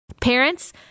Parents